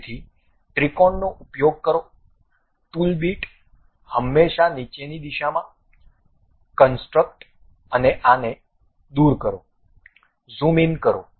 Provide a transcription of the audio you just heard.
તેથી ત્રિકોણનો ઉપયોગ કરો ટૂલ બીટ હંમેશાં નીચેની દિશામાં કનસ્ટ્રકટ આને દૂર કરો ઝૂમ ઇન કરો